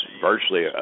virtually